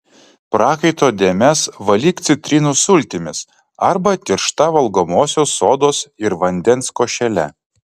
prakaito dėmes valyk citrinų sultimis arba tiršta valgomosios sodos ir vandens košele